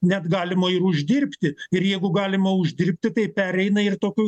net galima ir uždirbti ir jeigu galima uždirbti tai pereina ir tokių